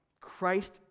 Christ